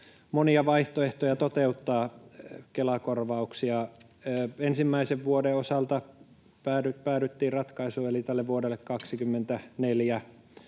monia vaihtoehtoja toteuttaa Kela-korvauksia. Ensimmäisen vuoden osalta, eli tälle vuodelle 24,